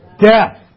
death